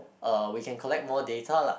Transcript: uh we can collect more data lah